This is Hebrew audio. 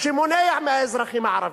שמונע מהאזרחים הערבים,